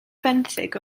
fenthyg